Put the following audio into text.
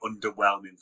underwhelming